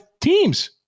teams